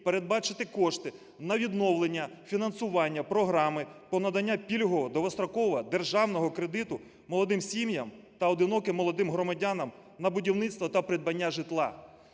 передбачити кошти на відновлення фінансування програми по наданню пільгового довгострокового державного кредиту молодим сім'ям та одиноким молодим громадянам на будівництво та придбання житла.